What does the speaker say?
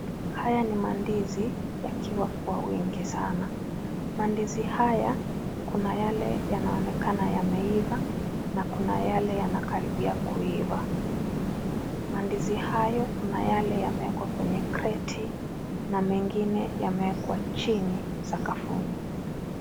Haya ni mandizi yakiwa kwa wingi sana. Mandizi haya, kuna yale yanaonekana yameiva na kuna yale yanakaribia kuiva. Mandizi hayo kuna yale yamewekwa kwenye kreti na mengine yamewekwa chini sakafuni.